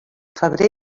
febrer